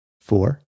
Four